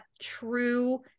true